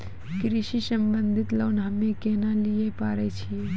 कृषि संबंधित लोन हम्मय केना लिये पारे छियै?